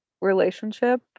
relationship